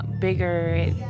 bigger